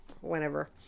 whenever